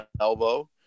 elbow